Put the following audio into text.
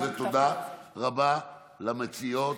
תודה רבה למציעות,